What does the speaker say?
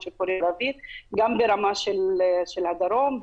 גם ברמה של הדרום,